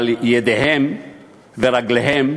אבל ידיהם ורגליהם